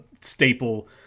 staple